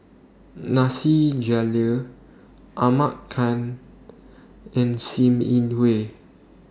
Nasir Jalil Ahmad Khan and SIM Yi Hui